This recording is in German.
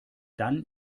dann